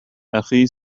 أخي